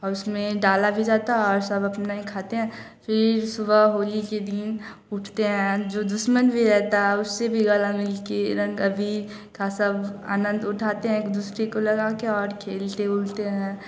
और उसमें डाला भी जाता है और सब अपने खाते हैं फ़िर सुबह होली के दिन पूछते हैं जो दुश्मन भी रहता है उससे गले मिलकर रंग अबीर का सब आनंद उठाते हैं एक दूसरे को लगाकर और खेलते वोलते हैं